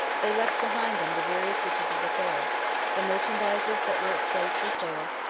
they left behind them the various riches of the fair the merchandises that were exposed for sale,